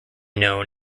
known